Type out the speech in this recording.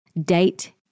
date